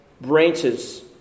branches